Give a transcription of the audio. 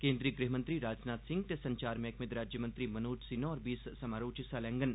केन्द्री गृह मंत्री राजनाथ सिंह ते संचार मैह्कमे दे राज्यमंत्री मनोज सिन्हा होर बी इस समारोह च हिस्सा लैडन